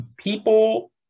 People